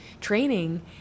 training